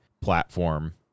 platform